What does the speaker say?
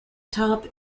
top